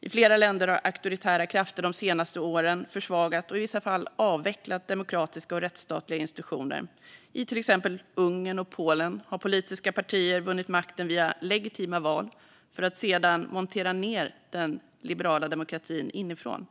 I flera länder har auktoritära krafter de senaste åren försvagat och i vissa fall avvecklat demokratiska och rättsstatliga institutioner. I till exempel Ungern och Polen har politiska partier vunnit makten via legitima val för att sedan montera ned den liberala demokratin inifrån.